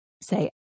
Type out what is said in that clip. say